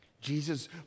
Jesus